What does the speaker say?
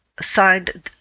signed